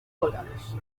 colgados